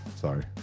sorry